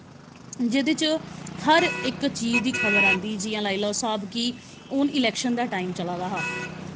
जेह्दे च हर इक चीज दी खबर आंदी जि'यां लाई लैओ स्हाब कि हून इलेक्शन दा टाइम चला दा हा